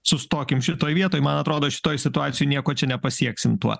sustokim šitoj vietoj man atrodo šitoj situacijoj nieko čia nepasieksim tuo